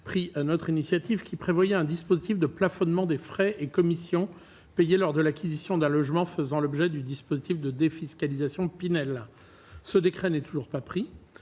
pris notre initiative qui prévoyait un dispositif de plafonnement des frais et commissions payées lors de l'acquisition d'un logement, faisant l'objet du dispositif de défiscalisation Pinel ce décret n'est toujours pas pris